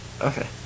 Okay